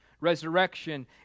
resurrection